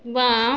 बाम